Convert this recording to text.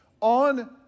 on